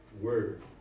word